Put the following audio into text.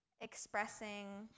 expressing